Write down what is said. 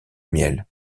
miel